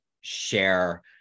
share